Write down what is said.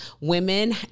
women